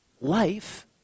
life